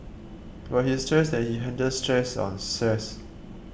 but he stressed that he handled stress on